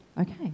Okay